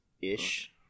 Ish